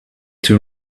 two